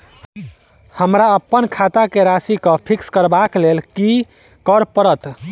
हमरा अप्पन खाता केँ राशि कऽ फिक्स करबाक लेल की करऽ पड़त?